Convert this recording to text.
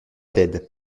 d’aide